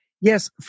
Yes